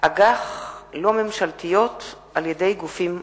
איגרות חוב לא ממשלתיות על-ידי גופים מוסדיים,